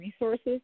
resources